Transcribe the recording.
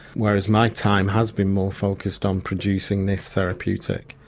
whereas my time has been more focused on producing this therapeutic.